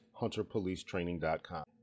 hunterpolicetraining.com